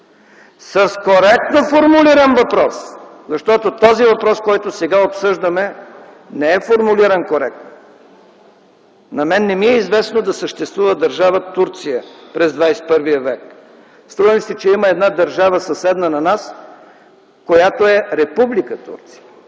с коректно формулиран въпрос, защото този въпрос, който сега обсъждаме, не е формулиран коректно. На мен не ми е известно да съществува държава Турция през ХХІ век. Струва ми се, че има една държава, съседна на нас, която е Република Турция.